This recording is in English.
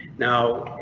now.